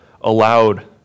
allowed